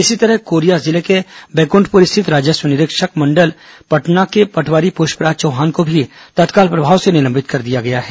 इसी तरह कोरिया जिले के बैकुण्ठपुर स्थित राजस्व निरीक्षक मण्डल पटना के पटवारी पुष्पराज चौहान को भी तत्काल प्रभाव से निलंबित कर दिया गया है